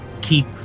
keep